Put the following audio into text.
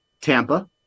Tampa